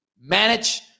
manage